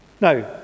Now